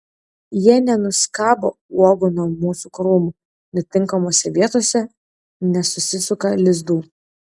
jie nenuskabo uogų nuo mūsų krūmų netinkamose vietose nesusisuka lizdų